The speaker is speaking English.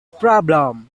problem